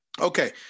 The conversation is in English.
okay